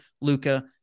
Luca